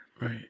right